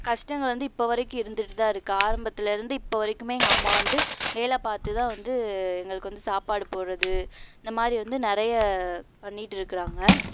கஷ்டங்கள் வந்து இப்போ வரைக்கும் இருந்துட்டு தான் இருக்குது ஆரம்பத்திலருந்து இப்போ வரைக்குமே எங்கள் அம்மா வந்து வேலை பார்த்துதான் வந்து எங்களுக்கு வந்து சாப்பாடு போடுறது இந்தமாதிரி வந்து நிறைய பண்ணிட்டு இருக்கிறாங்க